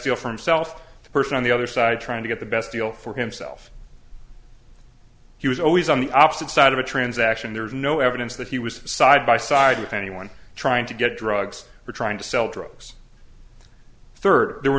deal for himself the person on the other side trying to get the best deal for himself he was always on the opposite side of a transaction there was no evidence that he was side by side with anyone trying to get drugs or trying to sell drugs third there were